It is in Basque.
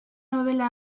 nobela